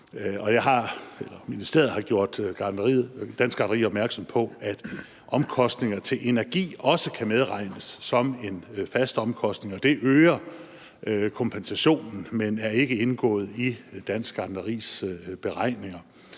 ministeriet har gjort Dansk Gartneri opmærksom på, at omkostninger til energi også kan medregnes som en fast omkostning, og det øger kompensationen, men er ikke indgået i Dansk Gartneris beregninger.